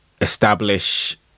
establish